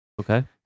Okay